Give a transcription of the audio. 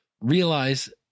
Realize